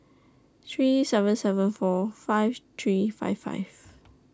three seven seven four five three five five